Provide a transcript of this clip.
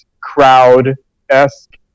crowd-esque